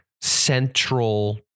central